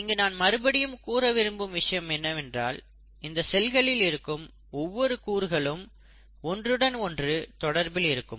இங்கு நான் மறுபடியும் கூற விரும்பும் விஷயம் என்னவென்றால் இந்த செல்களில் இருக்கும் ஒவ்வொரு கூறுகளும் ஒன்றுடன் ஒன்று தொடர்பில் இருக்கும்